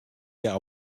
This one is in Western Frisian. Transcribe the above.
hja